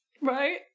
Right